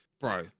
bro